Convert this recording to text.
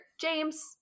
James